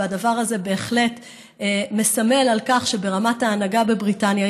והדבר הזה בהחלט מסמל שברמת ההנהגה בבריטניה